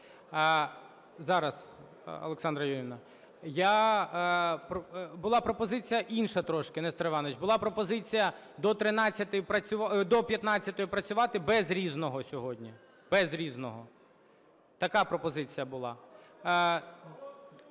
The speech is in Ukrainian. Зараз, Олександра Юріївна. Була пропозиція інша трошки, Нестор Іванович. Була пропозиція до 15-ї працювати без "Різного" сьогодні, без "Різного". Така пропозиція була.